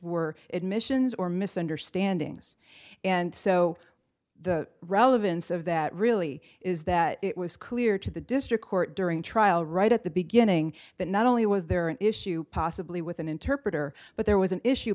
were admissions or misunderstandings and so the relevance of that really is that it was clear to the district court during trial right at the beginning that not only was there an issue possibly with an interpreter but there was an issue